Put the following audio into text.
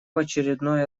очередной